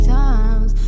times